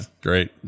Great